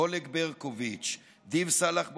אולג ברקוביץ', ד'יב סאלח בושנאק,